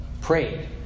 prayed